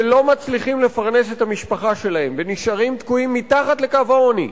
ולא מצליחים לפרנס את המשפחה שלהם ונשארים תקועים מתחת לקו העוני.